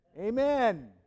Amen